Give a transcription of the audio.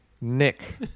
Nick